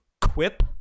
Quip